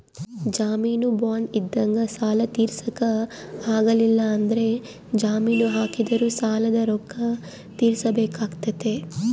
ಜಾಮೀನು ಬಾಂಡ್ ಇದ್ದಂಗ ಸಾಲ ತೀರ್ಸಕ ಆಗ್ಲಿಲ್ಲಂದ್ರ ಜಾಮೀನು ಹಾಕಿದೊರು ಸಾಲದ ರೊಕ್ಕ ತೀರ್ಸಬೆಕಾತತೆ